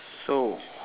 so